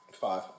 Five